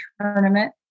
tournament